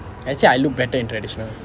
actually I look better in traditional